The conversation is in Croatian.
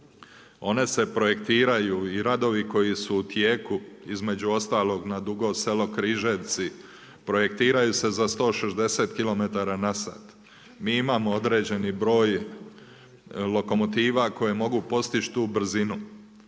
One se projektiraju i radovi koji su u tijeku između ostalog na Dugo Selo – Križevci projektiraju se za 160 km na sat. Mi imamo određeni broj lokomotiva koje mogu postići tu brzinu.